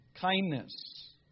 kindness